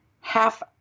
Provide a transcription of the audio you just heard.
half